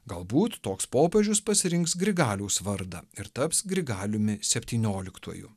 galbūt toks popiežius pasirinks grigaliaus vardą ir taps grigaliumi septynioliktuoju